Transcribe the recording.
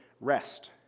rest